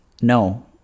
No